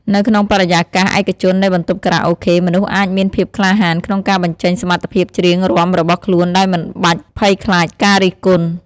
នៅក្នុងបរិយាកាសឯកជននៃបន្ទប់ខារ៉ាអូខេ មនុស្សអាចមានភាពក្លាហានក្នុងការបញ្ចេញសមត្ថភាពច្រៀងរាំរបស់ខ្លួន ដោយមិនបាច់ភ័យខ្លាចការរិះគន់។